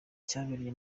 cyabereye